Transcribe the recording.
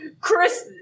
Chris